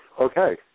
Okay